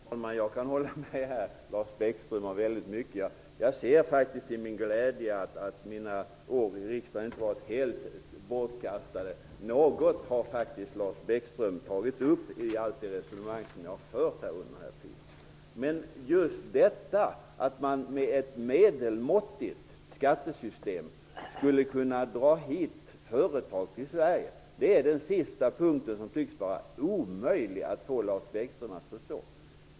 Herr talman! Jag kan hålla med Lars Bäckström i väldigt mycket av det han säger. Jag ser till min glädje att mina år i riksdagen inte varit helt bortkastade. Något har faktiskt Lars Bäckström tagit upp av allt det resonemang som jag har fört under den här tiden. Men detta att man med ett medelmåttigt skattesystem skulle kunna dra företag hit till Sverige är den sista punkten som det tycks vara omöjligt att få Lars Bäckström att förstå.